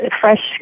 fresh